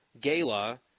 gala